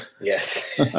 Yes